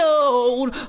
old